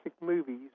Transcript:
movies